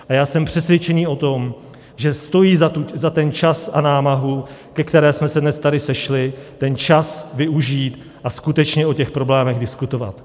A já jsem přesvědčený o tom, že stojí za ten čas a námahu, ke které jsme se dnes tady sešli, ten čas využít a skutečně o těch problémech diskutovat.